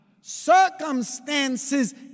circumstances